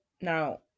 Now